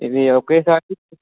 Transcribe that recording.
ఇవి ఒకేసారి